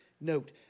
note